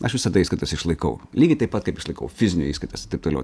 aš visada įskaitas išlaikau lygiai taip pat kaip išlaikau fizinio įskaitas taip toliau